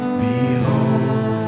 behold